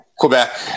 Quebec